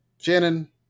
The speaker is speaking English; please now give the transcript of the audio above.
Shannon